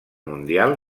mundial